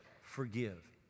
Forgive